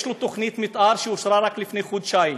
יש לו תוכנית מתאר שאושרה רק לפני חודשיים,